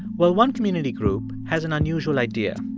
well, one community group has an unusual idea.